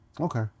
okay